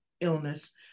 illness